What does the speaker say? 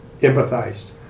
empathized